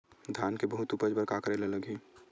धान के बहुत उपज बर का करेला लगही?